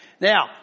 Now